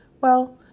Well